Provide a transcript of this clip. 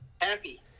Happy